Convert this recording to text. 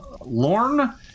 Lorne